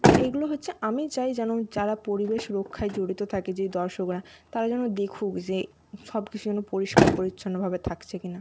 তো এইগুলো হচ্ছে আমি চাই যেন যারা পরিবেশ রক্ষায় জড়িত থাকে যে দর্শকরা তারা যেন দেখুক যে সব কিছু যেন পরিষ্কার পরিচ্ছন্নভাবে থাকছে কি না